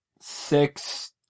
Six